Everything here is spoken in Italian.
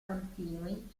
continui